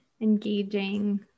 engaging